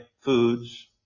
foods